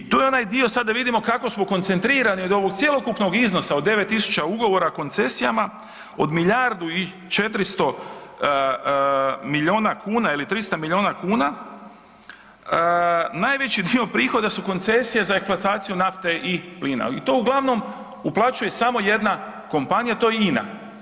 I tu je onaj dio sad, da vidimo kako smo koncentrirani od ovog cjelokupnog iznosa od 9 tisuća ugovora o koncesijama od milijardu i 400 milijuna kuna ili 300 milijuna kuna, najveći dio prihoda su koncesije za eksploataciju nafte i plina i to uglavnom uplaćuje samo jedna kompanija i to je INA.